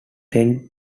tend